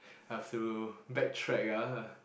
I've to back track ya